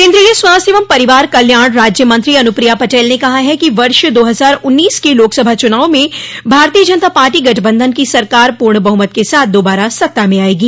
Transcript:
केन्द्रीय स्वास्थ्य एवं परिवार कल्याण राज्य मंत्री अनुप्रिया पटेल ने कहा कि वर्ष दो हजार उन्नीस के लोकसभा चुनाव में भारतीय जनता पार्टी गठबंधन की सरकार पूर्ण बहुमत के साथ दोबारा सत्ता में आयेगी